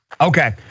Okay